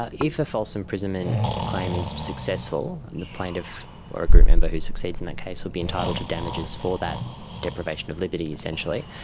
ah if a false imprisonment claim is successful and the plaintiff or a group member who succeeds in that case would be entitled to damages for that deprivation of liberty essentially,